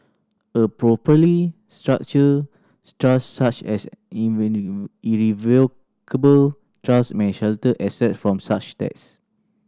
a properly structured such as a irrevocable trust may shelter assets from such tax